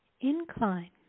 incline